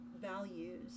values